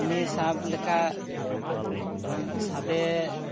ᱩᱱᱤ ᱥᱟᱵᱽ ᱞᱮᱠᱟ ᱥᱟᱵᱮ